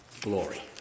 glory